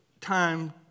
time